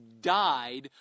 died